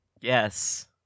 Yes